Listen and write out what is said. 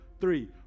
three